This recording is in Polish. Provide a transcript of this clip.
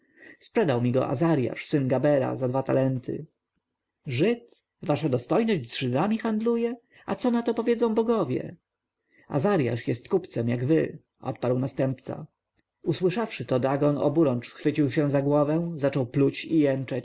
sprzedał mi go azarjasz syn gabera za dwa talenty żyd wasza dostojność z żydami handluje a co na to powiedzą bogowie azarjasz jest kupcem jak wy odparł następca usłyszawszy to dagon oburącz schwycił się za głowę zaczął pluć i jęczeć